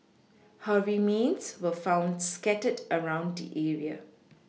her remains were found scattered around the area